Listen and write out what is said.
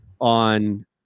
on